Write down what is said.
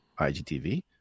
IGTV